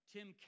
Tim